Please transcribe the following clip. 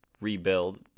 rebuild